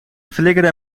flikkerde